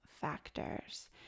factors